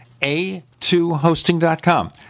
a2hosting.com